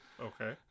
okay